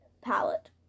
palette